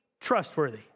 trustworthy